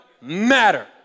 matter